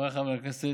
חבריי חברי הכנסת,